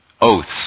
oaths